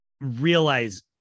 realize